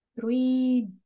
three